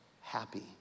happy